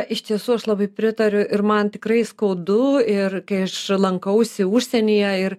iš tiesų aš labai pritariu ir man tikrai skaudu ir kai aš lankausi užsienyje ir